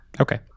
Okay